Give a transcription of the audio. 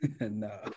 no